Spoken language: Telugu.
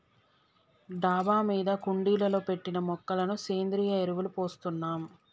డాబా మీద కుండీలలో పెట్టిన మొక్కలకు సేంద్రియ ఎరువులు పోస్తున్నాం